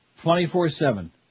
twenty-four-seven